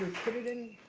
put it in.